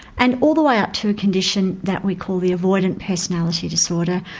and all the way up to a condition that we call the avoidant personality disorder,